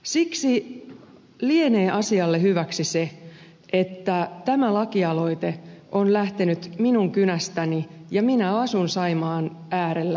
siksi lienee asialle hyväksi se että tämä lakialoite on lähtenyt minun kynästäni ja minä asun saimaan äärellä